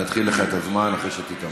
אני אתחיל לך את הזמן אחרי ששתית מים.